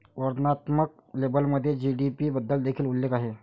वर्णनात्मक लेबलमध्ये जी.डी.पी बद्दल देखील उल्लेख आहे